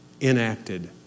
enacted